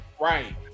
Right